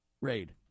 raid